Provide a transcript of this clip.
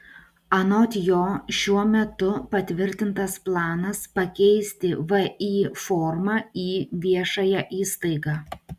anot jo šiuo metu patvirtintas planas pakeisti vį formą į viešąją įstaigą